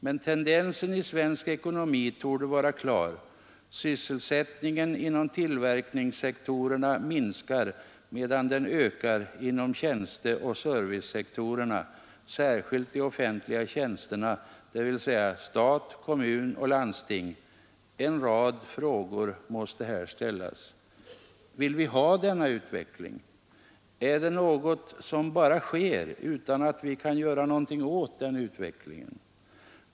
Men tendensen i svensk ekonomi torde vara klar: Sysselsättningen inom tillverkningssektorerna minskar medan den ökar inom tjänsteoch servicesektorerna särskilt de offentliga tjänsterna, dvs. stat, kommun och landsting. En rad frågor måste här ställas: Vill vi ha denna utveckling? Är det något som bara sker utan att vi kan göra någonting åt utvecklingen?